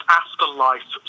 afterlife